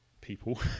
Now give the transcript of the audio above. people